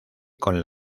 con